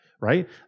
right